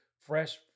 fresh